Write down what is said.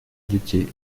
детей